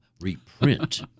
reprint